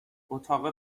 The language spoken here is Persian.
اتاق